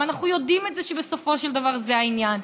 ואנחנו יודעים שבסופו של דבר זה העניין,